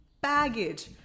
baggage